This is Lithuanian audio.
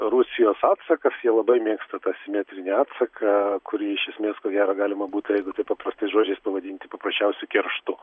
rusijos atsakas jie labai mėgsta tą simetrinį atsaką kurį iš esmės ko gero galima būtų jeigu tai paprastais žodžiais pavadinti paprasčiausiu kerštu